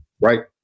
Right